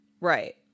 Right